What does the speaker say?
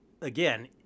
again